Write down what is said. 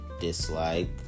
dislike